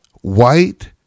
white